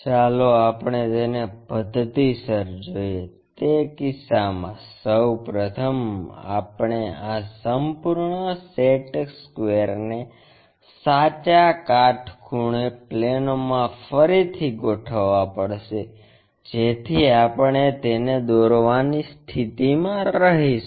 ચાલો આપણે તેને પધ્ધતિસર જોઈએ તે કિસ્સામાં સૌ પ્રથમ આપણે આ સંપૂર્ણ સેટ સ્ક્વેર ને સાચા કાટખૂણે પ્લેનોમાં ફરીથી ગોઠવવા પડશે જેથી આપણે તેને દોરવાની સ્થિતિમાં રહીશું